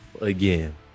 again